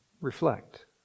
reflect